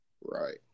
Right